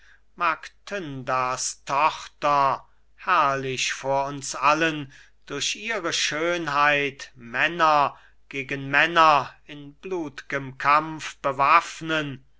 mag tyndars tochter herrlich vor uns allen durch ihre schönheit männer gegen männer in blut'gem kampf bewaffnen